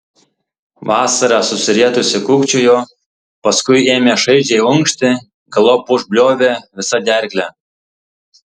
vasara susirietusi kūkčiojo paskui ėmė šaižiai unkšti galop užbliovė visa gerkle